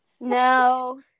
No